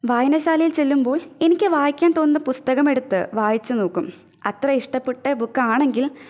വായനശാലയില് ചെല്ലുമ്പോള് എനിക്ക് വായിക്കാന് തോന്നുന്ന പുസ്തകമെടുത്ത് വായിച്ചു നോക്കും അത്ര ഇഷ്ടപ്പെട്ട ബുക്കാണെങ്കില്